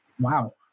Wow